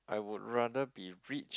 I would rather be rich